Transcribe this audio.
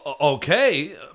Okay